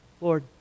Lord